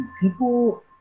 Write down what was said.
people